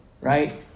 Right